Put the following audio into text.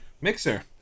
Mixer